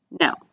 No